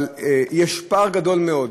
אבל יש פער גדול מאוד